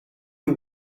you